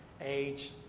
age